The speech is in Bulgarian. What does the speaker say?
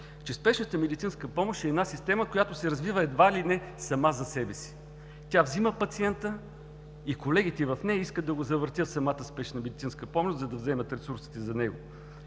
че спешната медицинска помощ е система, която се развива едва ли не сама за себе си. Тя взима пациента и колегите в нея искат да го завъртят в самата Спешна медицинска помощ, за да вземат ресурсите за него.